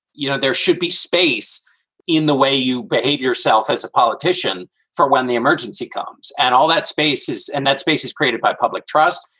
you know, there should be space in the way you behave yourself as a politician for when the emergency comes and all that space. and that space is created by public trust.